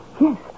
Yes